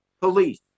police